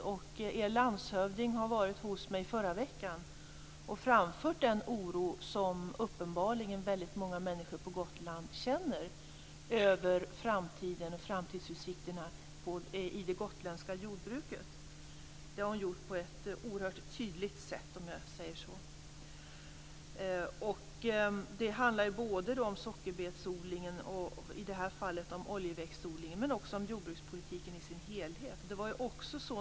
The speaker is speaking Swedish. Gotlands landshövding var hos mig förra veckan och framförde den oro som uppenbarligen väldigt många människor på Gotland känner över framtiden och framtidsutsikterna för det gotländska jordbruket. Det gjorde hon på ett oerhört tydligt sätt, om jag säger så. Det handlar både om sockerbetsodlingen och i det här fallet om oljeväxtodlingen, men också om jordbrukspolitiken i sin helhet.